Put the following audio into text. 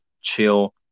chill